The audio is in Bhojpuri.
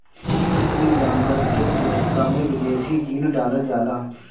इ जानवर के कोशिका में विदेशी जीन डालल जाला